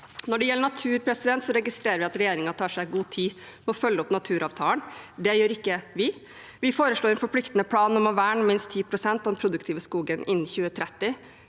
Når det gjelder natur, registrerer vi at regjeringen tar seg god tid på å følge opp Naturavtalen. Det gjør ikke vi. Vi foreslår en forpliktende plan om å verne minst 10 pst. av den produktive skogen innen 2030.